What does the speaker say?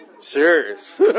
serious